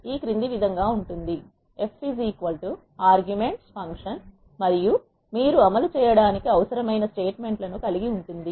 ఈ క్రింది విధంగా ఉంటుంది f ఆర్గ్యుమెంట్స్ ఫంక్షన్ మరియు మీరు అమలు చేయడానికి అవసరమైన స్టేట్మెంట్ లను కలిగి ఉంటుంది